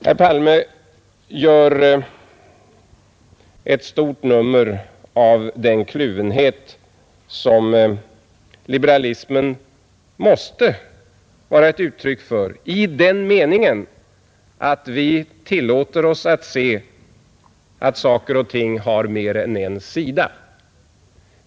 Herr Palme gör ett stort nummer av den kluvenhet som liberalismen måste vara ett uttryck för i den meningen att vi tillåter oss att se att saker och ting har mer än en sida.